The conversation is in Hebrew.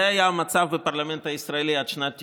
זה היה המצב בפרלמנט הישראלי עד שנת 1990,